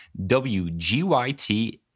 WGYT